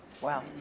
Wow